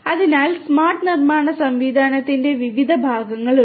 അതിനാൽ സ്മാർട്ട് നിർമ്മാണ സംവിധാനത്തിന്റെ വിവിധ ഭാഗങ്ങളുണ്ട്